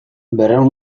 berrehun